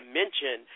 mention